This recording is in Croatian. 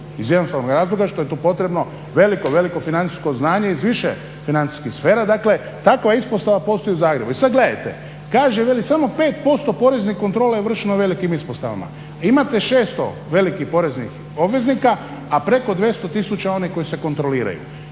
iz jednostavnog razloga što je tu potrebno veliko, veliko financijsko znanje iz više financijskih sfera. Dakle, takva ispostava postoji u Zagrebu. I sad gledajte, kaže veli samo 5% porezne kontrole je vršeno u velikim ispostavama. Imate 600 velikih poreznih obveznika, a preko 200 tisuća onih koji se kontroliraju.